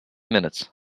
minutes